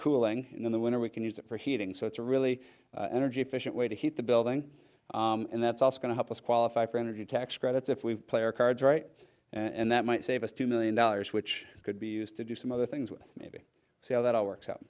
cooling in the winter we can use it for heating so it's really an energy efficient way to heat the building and that's also going to help us qualify for energy tax credits if we play our cards right and that might save us two million dollars which could be used to do some other things with maybe see how that all works out